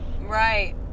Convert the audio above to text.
right